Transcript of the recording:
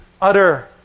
utter